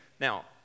Now